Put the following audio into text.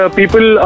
people